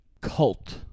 cult